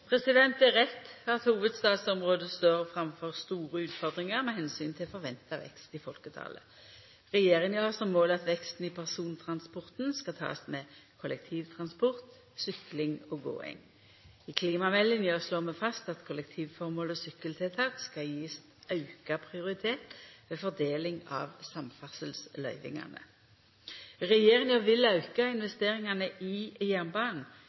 Det er rett at hovudstadsområdet står framfor store utfordringar med omsyn til forventa vekst i folketalet. Regjeringa har som mål at veksten i persontransporten skal takast med kollektivtransport, sykling og gåing. I klimameldinga slår vi fast at kollektivformål og sykkeltiltak skal gjevast auka prioritet ved fordeling av samferdselsløyvingane. Regjeringa vil auka investeringane i jernbanen,